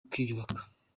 kwiyubaka